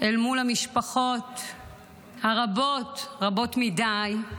אל מול המשפחות הרבות, רבות מדי,